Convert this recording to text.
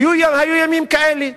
היו ימים כאלה,